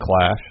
Clash